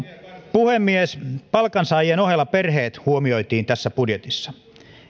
puhemies palkansaajien ohella perheet huomioitiin tässä budjetissa